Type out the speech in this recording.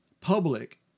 public